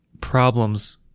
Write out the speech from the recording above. problems